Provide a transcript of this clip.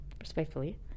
respectfully